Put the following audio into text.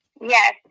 Yes